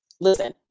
Listen